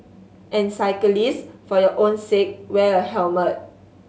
and cyclist for your own sake wear a helmet